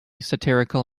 satirical